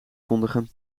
kondigen